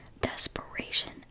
desperation